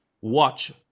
watch